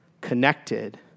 connected